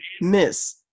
Miss